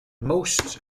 most